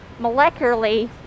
molecularly